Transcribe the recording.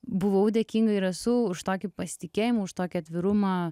buvau dėkinga ir esu už tokį pasitikėjimą už tokį atvirumą